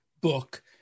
book